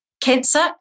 cancer